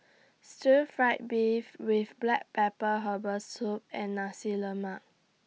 Stir Fried Beef with Black Pepper Herbal Soup and Nasi Lemak